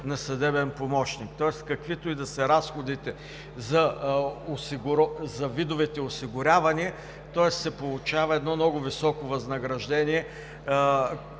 на съдебен помощник. Тоест, каквито и да са разходите за видовете осигурявания, се получава едно много високо възнаграждение,